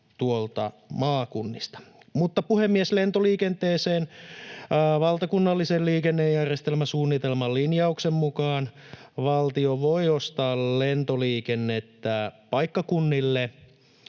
tuolta maakunnista. Mutta puhemies, lentoliikenteeseen: Valtakunnallisen liikennejärjestelmäsuunnitelman linjauksen mukaan valtio voi ostaa lentoliikennettä paikkakunnille,